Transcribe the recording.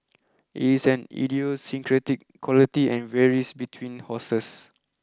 it is an idiosyncratic quality and varies between horses